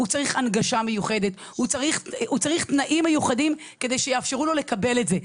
הוא צריך הנגשה מיוחדת והוא צריך תנאים מיוחדים שיאפשרו לו לקבל את זה,